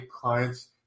clients